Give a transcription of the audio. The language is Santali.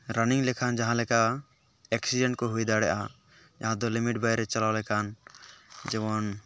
ᱨᱟᱱᱤᱝ ᱞᱮᱠᱷᱟᱱ ᱡᱟᱦᱟᱸᱞᱮᱠᱟ ᱮᱠᱥᱤᱰᱮᱱᱴ ᱠᱚ ᱦᱩᱭ ᱫᱟᱲᱮᱭᱟᱜᱼᱟ ᱡᱟᱦᱟᱸ ᱫᱚ ᱞᱤᱢᱤᱴ ᱵᱟᱭᱨᱮ ᱪᱟᱞᱟᱣ ᱞᱮᱠᱷᱟᱱ ᱡᱮᱢᱚᱱ